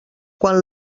quan